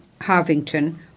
Harvington